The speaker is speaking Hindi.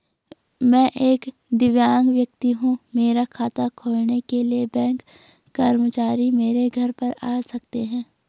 मैं एक दिव्यांग व्यक्ति हूँ मेरा खाता खोलने के लिए बैंक कर्मचारी मेरे घर पर आ सकते हैं?